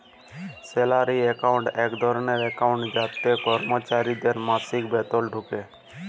salary account এক ধরলের account যাতে করমচারিদের মাসিক বেতল ঢুকে